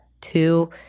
two